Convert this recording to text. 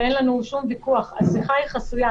ואין לנו שום ויכוח השיחה היא חסויה.